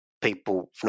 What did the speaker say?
people